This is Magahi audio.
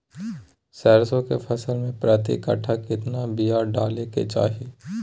सरसों के फसल में प्रति कट्ठा कितना बिया डाले के चाही?